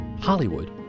Hollywood